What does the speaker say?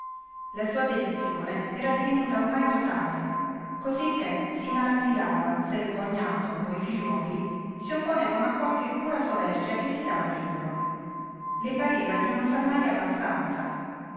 la sua dedizione era divenuta ormai totale cosicché si maravigliava se il cognato o i figliuoli si opponevano a qualche cura soverchia che si dava di loro le pareva di non far mai abbastanza